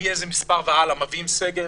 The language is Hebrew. מאיזה מספר והלאה מביאים סגר,